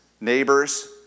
neighbors